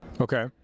Okay